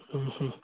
ಹ್ಞೂ ಹ್ಞೂ